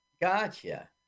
Gotcha